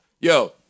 Yo